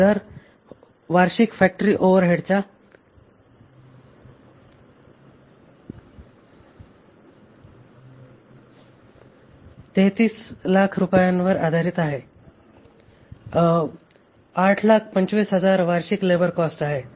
हा दर वार्षिक फॅक्टरी ओव्हरहेड्सच्या 3300000 रुपयांवर आधारित आहे 825000 वार्षिक लेबर कॉस्ट आहे